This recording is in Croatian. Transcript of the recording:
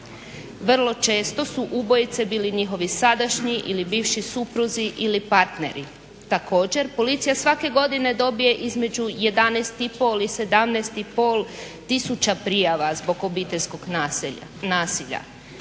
Vrlo često su ubojice bili njihovi sadašnji ili bivši supruzi ili partneri. Također, policija svake godine dobije između 11,5 i 17,5 tisuća prijava zbog obiteljskog nasilja.